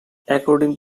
according